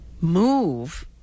move